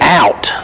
out